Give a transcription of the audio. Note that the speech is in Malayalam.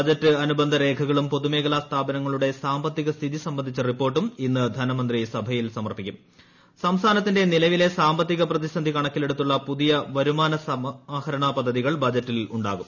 ബജറ്റ് അനുബന്ധ രേഖകളും പൊതുമേഖലാ സ്ഥാപനങ്ങളുടെ സാമ്പത്തികസ്ഥിതി സംബന്ധിച്ച റിപ്പോർട്ടും ഇന്ന് ധനമന്ത്രി സഭയിൽ സമർപ്പിക്കുക്സംസ്ഥാനത്തിന്റെ നിലവിലെ സാമ്പത്തിക പ്രതിസന്ധി കണക്ക്ടിള്ളട്ടുത്തുള്ള പുതിയ വരുമാന സമാഹരണ പദ്ധതികൾ ബജറ്റിൽ ഉണ്ടാക്ടും